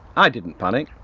i didn't panic.